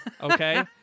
Okay